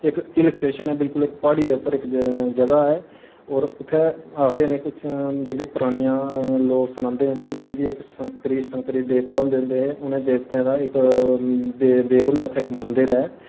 इक hill station ऐ बिल्कुल प्हाड़ी दे उप्पर इक जगह ऐ होर इत्थै आखदे न कि जेह्कियां पुरानियां लोक सुनांदे न क्यूंकि इक संकरी संकरी देवता होंदे हे उन्नै देव हुंदा इक मंदर ऐ